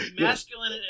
Masculine